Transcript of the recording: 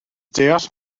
deall